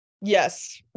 yes